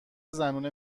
زنونه